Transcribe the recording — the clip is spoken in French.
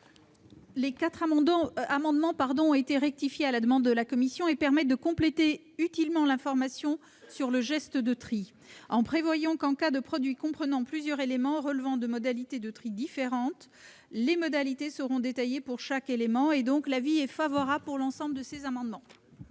Ces quatre amendements, rectifiés à la demande de la commission, tendent à compléter utilement l'information sur le geste de tri, en prévoyant que, en cas de produits comprenant plusieurs éléments relevant de modalités de tri différentes, ces modalités seront détaillées pour chaque élément. L'avis est donc favorable. Quel est l'avis du Gouvernement